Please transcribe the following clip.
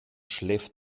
schläft